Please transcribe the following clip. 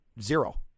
Zero